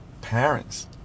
Parents